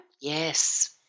Yes